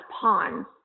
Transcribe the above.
pawns